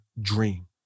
dream